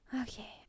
Okay